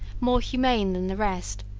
more humane than the rest,